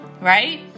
right